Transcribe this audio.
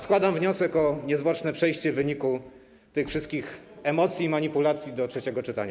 Składam wniosek o niezwłoczne przejście w wyniku tych wszystkich emocji i manipulacji do trzeciego czytania.